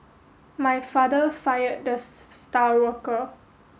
my father fired the star worker